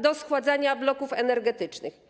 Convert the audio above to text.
do schładzania bloków energetycznych.